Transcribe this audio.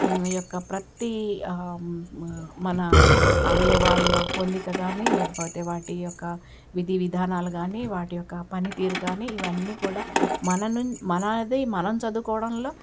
యొక్క ప్రతీ మన అవయవాల్లో పొందిక కానీ లేకపోతే వాటి యొక్క విధి విధానాలు కానీ వాటి యొక్క పనితీరు కానీ ఇవన్నీ కూడా మన నుం మనది మనం చదువుకోవడంలో